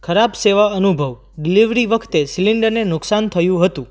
ખરાબ સેવા અનુભવ ડિલિવરી વખતે સિલિન્ડરને નુકસાન થયું હતું